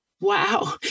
Wow